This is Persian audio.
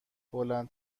بلند